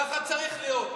ככה זה צריך להיות.